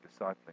discipling